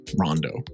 rondo